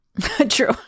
True